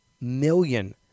million